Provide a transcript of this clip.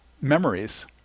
memories